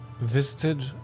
visited